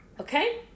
Okay